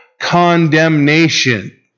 condemnation